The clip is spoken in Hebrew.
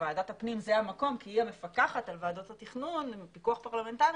וועדת הפנים היא המקום כי היא המפקחת על ועדות התכנון בפיקוח פרלמנטרי,